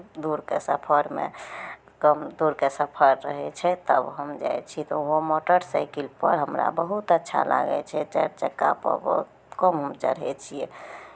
दूरके सफरमे कम दूरके सफर रहै छै तब हम जाइ छी तऽ ओहो मोटरसाइकिलपर हमरा बहुत अच्छा लागै छै चारि चक्कापर बहुत कम हम चढ़ै छियै